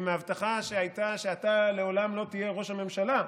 עם ההבטחה שהייתה שאתה לעולם לא תהיה ראש הממשלה,